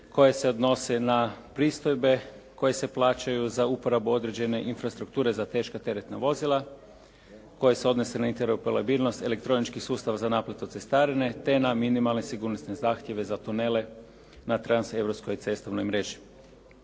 koje se odnose na pristojbe koje se plaćaju za uporabu određene infrastrukture za teška teretna vozila koja se odnosi na … /Govornik se ne razumije./ … elektroničkim sustava za naplatu cestarine, te na minimalne sigurnosne zahtjeve za tunele na transeuropskoj cestovnoj mreži.